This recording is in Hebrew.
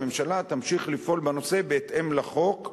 הממשלה תמשיך לפעול בנושא בהתאם לחוק,